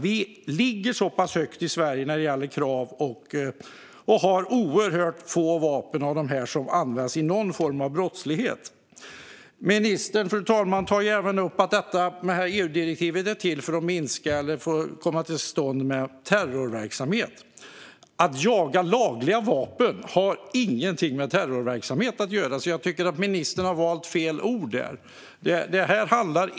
Vi ligger högt i Sverige när det gäller krav, och det är oerhört få vapen av dessa som används i någon form av brottslighet. Fru talman! Ministern tar även upp att EU-direktivet är till för att minska eller komma till rätta med terrorverksamhet. Att jaga lagliga vapen har ingenting med terrorverksamhet att göra, så jag tycker att ministern har valt fel ord där.